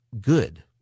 good